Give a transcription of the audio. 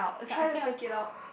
try to fake it out